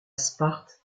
sparte